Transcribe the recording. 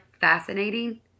fascinating